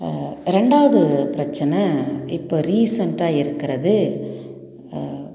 ரெண்டாவது பிரச்சனை இப்போ ரீசென்ட்டாக இருக்குறது